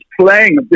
playing